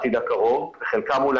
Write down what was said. שחר סולר ממנהל